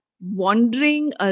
wandering